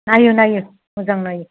नायो नायो मोजां नायो